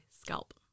scalp